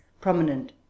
prominent